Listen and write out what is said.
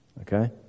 Okay